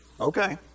Okay